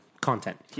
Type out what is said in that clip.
content